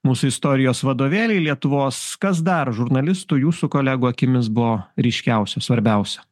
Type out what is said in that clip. mūsų istorijos vadovėliai lietuvos kas dar žurnalistų jūsų kolegų akimis buvo ryškiausi svarbiausi